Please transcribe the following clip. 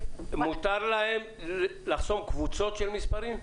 מותר להם לחסום קבוצות של מספרים?